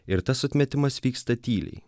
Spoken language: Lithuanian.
ir tas atmetimas vyksta tyliai